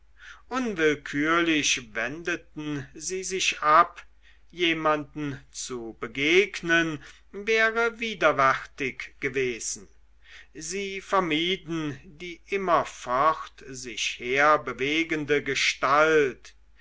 unwillkürlich wendeten sie sich ab jemanden zu begegnen wäre widerwärtig gewesen sie vermieden die immerfort sich herbewegende gestalt